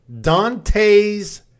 dante's